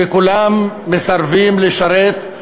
כולם מסרבים לשרת,